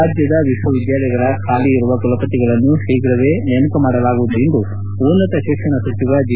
ರಾಜ್ಯದ ವಿಶ್ವವಿದ್ಯಾಲಯಗಳ ಖಾಲಿ ಇರುವ ಕುಲಪತಿಗಳನ್ನು ಶೀಘ ನೇಮಕ ಮಾಡಲಾಗುವುದು ಎಂದು ಉನ್ನತ ಶಿಕ್ಷಣ ಸಚಿವ ಜಿ